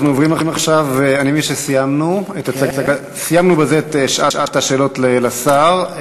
אני מבין שסיימנו בזה את שעת השאלות לשר.